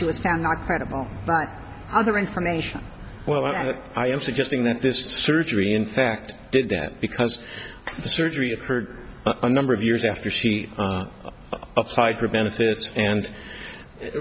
she was found not credible but other information well that i am suggesting that this surgery in fact did that because the surgery occurred a number of years after she applied for benefits and it